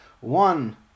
one